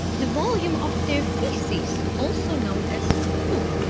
the volume of their faeces, also known as poop,